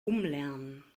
umlernen